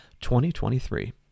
2023